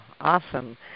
awesome